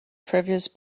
previous